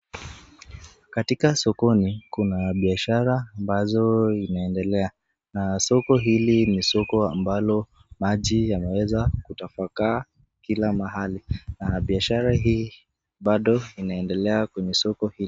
Katika sokoni kuna biashara ambazo zinaendelea na soko hi ni soko ambalo maji yameweza kutapakaa kila mahali na biashara hii bado inaendelea kqenye soko hii.